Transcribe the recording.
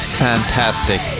fantastic